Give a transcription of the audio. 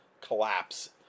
Collapse